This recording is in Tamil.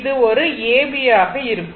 அது ஒரு A B ஆக இருக்கும்